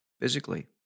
physically